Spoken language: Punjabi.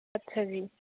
ਅੱਛਾ ਜੀ